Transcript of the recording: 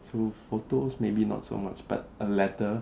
so photos maybe not so much but a letter